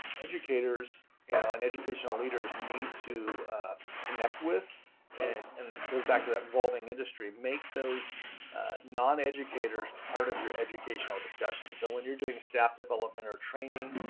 educators you know and educational leaders need to connect with and and goes back to involving industry. make those non educators part of your educational discussions so when you're doing staff development or training,